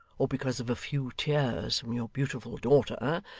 or because of a few tears from your beautiful daughter,